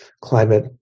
climate